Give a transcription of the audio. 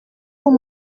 tout